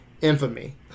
infamy